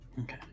Okay